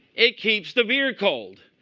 it keeps the beer cold.